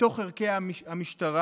לתוך ערכי המשטרה,